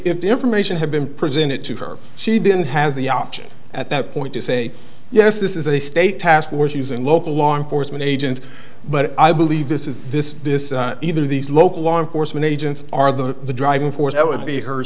if the information had been presented to her she didn't has the option at that point to say yes this is a state task force using local law enforcement agents but i believe this is this this either these local law enforcement agents are the driving force that would be her